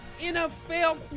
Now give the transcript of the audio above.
NFL